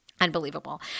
Unbelievable